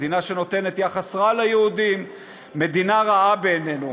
מדינה שנותנת יחס רע ליהודים היא מדינה רעה בעינינו.